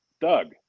Doug